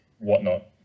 whatnot